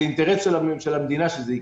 זה אינטרס של המדינה שזה יקרה.